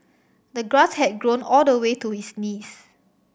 the grass had grown all the way to his knees